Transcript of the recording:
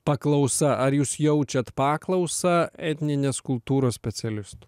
paklausa ar jūs jaučiat paklausą etninės kultūros specialistų